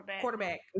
Quarterback